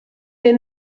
mir